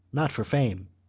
not for fame.